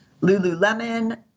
Lululemon